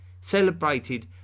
celebrated